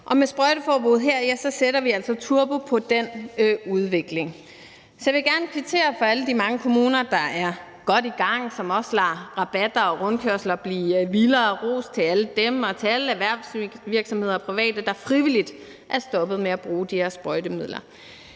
Med sprøjteforbuddet her sætter vi altså turbo på den udvikling. Kl. 12:30 Så vil jeg gerne kvittere over for alle de mange kommuner, der er godt i gang, og som også lader rabatter og rundkørsler blive vildere. Ros til alle dem og til alle erhvervsvirksomheder og private, der frivilligt er stoppet med at bruge de her sprøjtemidler.